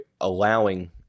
allowing